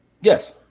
Yes